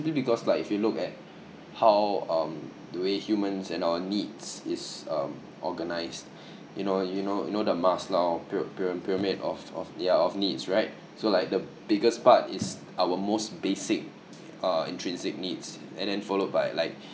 simply because like if you look at how um the way humans and our needs is um organized you know you know you know the maslow pyr~ pyra~ pyramid of of yeah of needs right so like the biggest part is our most basic uh intrinsic needs and then followed by like